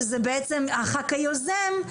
שזה בעצם הח"כ היוזם,